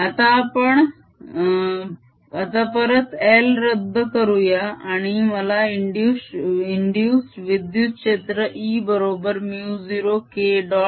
आता परत l रद्द करूया आणि मला इंदुस्ड विद्युत क्षेत्र E बरोबर μ0K